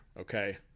okay